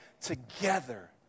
together